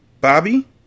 Bobby